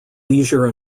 leisure